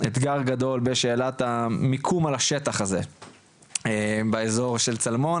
אתגר גדול בשאלת המיקום על השטח הזה באזור של צלמון,